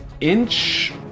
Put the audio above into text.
inch